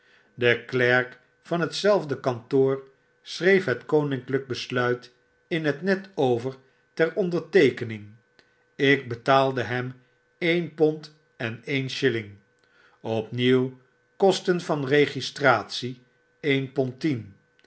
de klerk van hetzelfde kantoor schreef het koninklyk besluit in t net over ter onderteekening ik betaalde hem een pond een shilling opnieuw kosten van registratie een pond tien